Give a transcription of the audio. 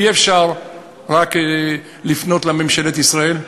אי-אפשר רק לפנות לממשלת ישראל.